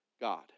God